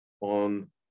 on